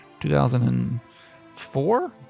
2004